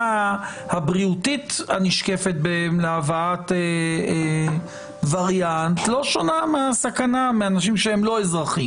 הסכנה הבריאותית הנשקפת בהבאת וריאנט לא שונה מאנשים שהם לא אזרחים.